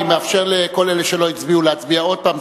אני מאפשר לכל אלה שלא הצביעו להצביע עוד פעם,